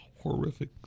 horrific